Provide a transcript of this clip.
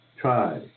Try